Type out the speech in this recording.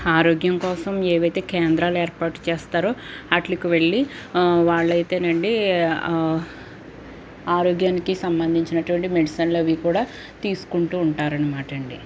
ఆరోగ్యం కోసం ఏవైతే కేంద్రాలు ఏర్పాటు చేస్తారో వాటికి వెళ్లి వారైతే నండి ఆరోగ్యానికి సంబంధించినటువంటి మెడిసిన్లు అవి కూడా తీసుకుంటూ ఉంటారనమాట అండి